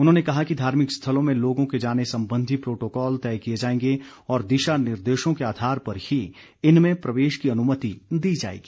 उन्होंने कहा कि धार्मिक स्थलों में लोगों के जाने संबंधी प्रोटोकोल तय किए जाएंगे और दिशा निर्देशों के आधार पर ही इनमें प्रवेश की अनुमति दी जाएगी